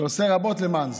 שעושה רבות למען זה.